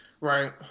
Right